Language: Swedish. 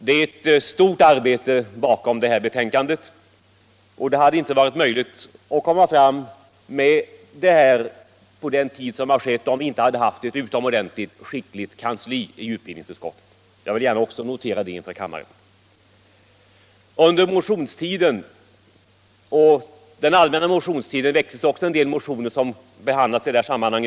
Det ligger ett stort arbete bakom betänkandet, och det hade inte varit möjligt att komma fram med det på den tid som skett om vi inte hade Nr 134 haft ett utomordentligt skickligt kansli i utbildningsutskottet. Jag vill Fredagen den gärna också notera det inför kammaren. 21 maj 1976 Under den allmänna motionstiden väcktes en del motioner som bes — handlas i detta sammanhang.